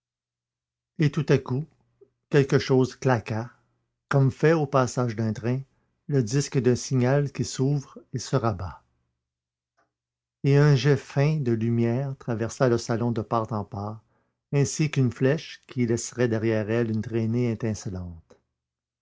et tout à coup quelque chose claqua comme fait au passage d'un train le disque d'un signal qui s'ouvre et se rabat et un jet fin de lumière traversa le salon de part en part ainsi qu'une flèche qui laisserait derrière elle une traînée